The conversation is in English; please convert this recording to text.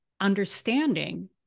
understanding